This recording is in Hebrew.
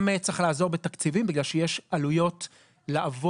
גם צריך לעזור בתקציבים בגלל שיש עלויות לעבור,